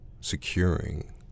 securing